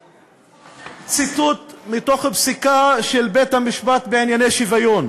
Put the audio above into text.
בציטוט מתוך פסיקה של בית-המשפט בענייני שוויון,